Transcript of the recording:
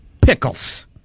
Pickles